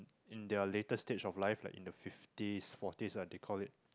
in their later stage of life like in the fifties forties and they call it